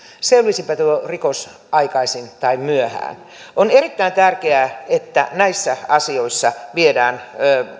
selvisipä tuo rikos aikaisin tai myöhään on erittäin tärkeää että näissä asioissa viedään